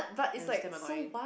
it was damn annoying